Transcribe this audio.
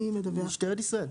משטרת ישראל.